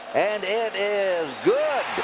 and it is good.